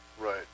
right